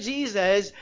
Jesus